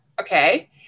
okay